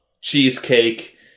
cheesecake